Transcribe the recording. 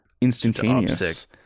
instantaneous